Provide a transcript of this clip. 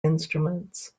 instruments